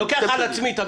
אני לוקח על עצמי.